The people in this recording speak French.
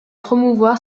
promouvoir